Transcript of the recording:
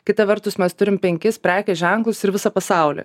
kita vertus mes turim penkis prekės ženklus ir visą pasaulį